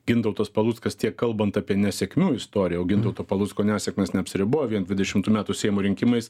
gintautas paluckas tiek kalbant apie nesėkmių istoriją o gintauto palucko nesėkmės neapsiribojo vien dvidešimtų metų seimo rinkimais